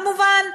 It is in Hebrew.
כמובן,